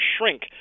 shrink